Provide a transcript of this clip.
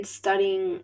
studying